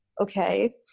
Okay